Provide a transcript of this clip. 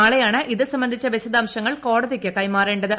നാളെയാണ് ഇത് സംബന്ധിച്ച വിശദാംശങ്ങൾ കോടതിക്ക് കൈമാറേണ്ടത്